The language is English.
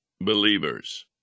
believers